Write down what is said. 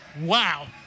Wow